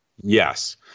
Yes